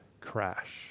crash